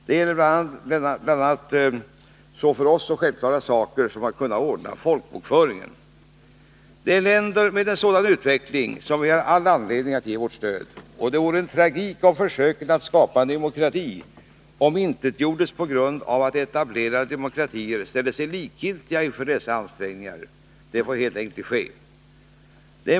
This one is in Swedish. Det gäller bl.a. för oss så självklara saker som att ordna folkbokföringen. Det är länder med en sådan utveckling som vi har all anledning att ge vårt stöd. Det vore en tragik om försöken att skapa en demokrati omintetgjordes på grund av att etablerade demokratier ställer sig likgiltiga inför dessa ansträngningar. Det får helt enkelt inte ske.